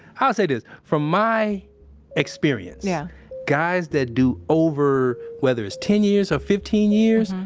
i'll say this, from my experience yeah guys that do over, whether it's ten years or fifteen years,